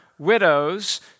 widows